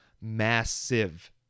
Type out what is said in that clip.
massive